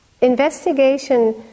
investigation